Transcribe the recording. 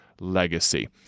legacy